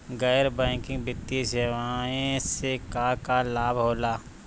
गैर बैंकिंग वित्तीय सेवाएं से का का लाभ होला?